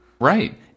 Right